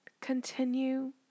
Continue